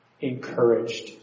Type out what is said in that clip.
encouraged